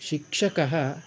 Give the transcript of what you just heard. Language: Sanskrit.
शिक्षकः